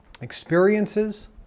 experiences